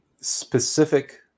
specific